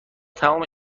تموم